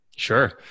Sure